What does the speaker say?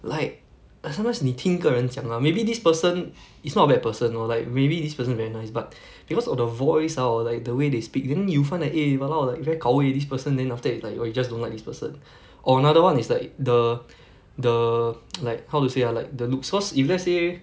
like err sometimes 你听一个人讲 lah maybe this person is not a bad person or like maybe this person very nice but because of the voice ah or like the way they speak then you find that eh !walao! that guy gao wei this person then after that like or you just don't like this person or another one is like the the like how to say ah like the looks cause if let's say